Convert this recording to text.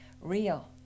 real